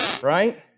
right